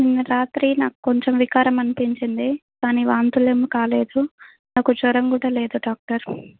నిన్న రాత్రి నాకు కొంచెం వికారం అనిపించింది కానీ వాంతులేమీ కాలేదు నాకు జ్వరం కూడా లేదు డాక్టర్